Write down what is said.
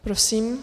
Prosím.